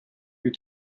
più